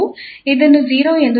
ಇದನ್ನು 0 ಎಂದು ನೀಡಲಾಗಿದೆ